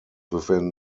within